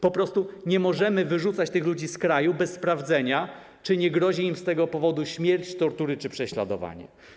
Po prostu nie możemy wyrzucać tych ludzi z kraju bez sprawdzenia, czy nie grożą im z tego powodu śmierć, tortury czy prześladowanie.